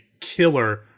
killer